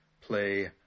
play